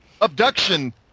abduction